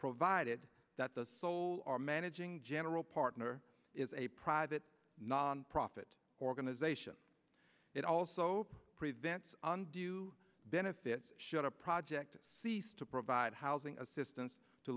provided that the sole are managing general partner is a private nonprofit organization it also prevents on due benefits shut up project cease to provide housing assistance to